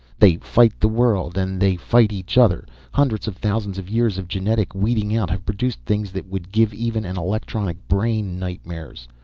they fight the world and they fight each other. hundreds of thousands of years of genetic weeding-out have produced things that would give even an electronic brain nightmares.